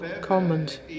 comment